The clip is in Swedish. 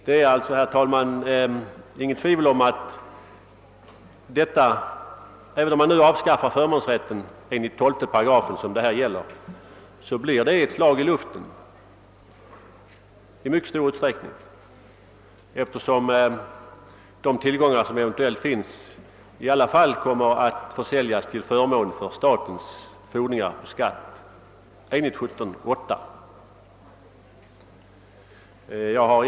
Det är alltså, herr talman, inget tvivel om att ett avskaffande av förmånsrätten enligt 12 8 i mycket stor utsträckning blir ett slag i luften, eftersom de tillgångar som finns i alla fall kommer att försäljas till förmån för statens fordringar enligt 17 kap. 8 § handelsbalken.